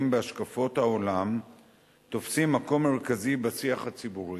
בהשקפות העולם תופסים מקום מרכזי בשיח הציבורי,